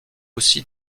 aussi